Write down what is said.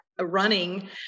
running